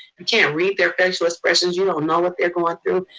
you can't read their facial expressions, you don't know what they're going through.